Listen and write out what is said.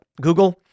Google